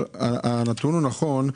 הנתון הוא נכון.